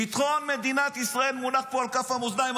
ביטחון מדינת ישראל מונח פה על כף המאזניים,